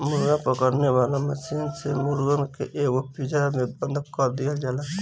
मुर्गा पकड़े वाला मशीन से मुर्गन के एगो पिंजड़ा में बंद कअ देवल जाला